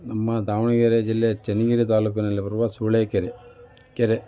ನಮ್ಮ ದಾವಣಗೆರೆ ಜಿಲ್ಲೆ ಚೆನ್ನಗಿರಿ ತಾಲೂಕಿನಲ್ಲಿ ಬರುವ ಸೂಳೆಕೆರೆ ಕೆರೆ